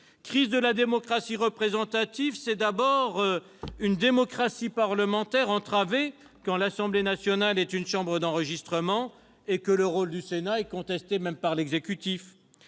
crise de la démocratie représentative, c'est d'abord une démocratie parlementaire entravée quand l'Assemblée nationale est une chambre d'enregistrement et que le rôle du Sénat est contesté par l'exécutif.